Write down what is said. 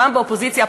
פעם באופוזיציה,